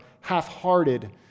half-hearted